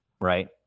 right